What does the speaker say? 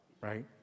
right